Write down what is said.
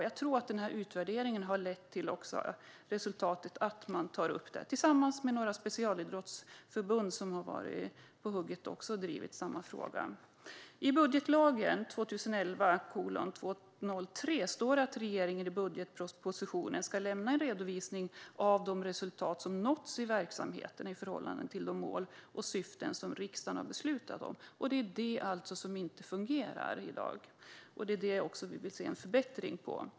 Jag tror att den här utvärderingen har lett till resultatet att man tar upp det här tillsammans med några specialidrottsförbund som har varit på hugget och drivit samma fråga. I budgetlagen står det att regeringen i budgetpropositionen ska lämna en redovisning av de resultat som nåtts i verksamheten i förhållande till de mål och syften som riksdagen har beslutat om. Det är det som inte fungerar i dag, och det är det vi vill se en förbättring av.